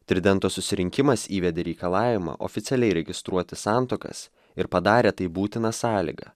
tridento susirinkimas įvedė reikalavimą oficialiai registruoti santuokas ir padarė tai būtina sąlyga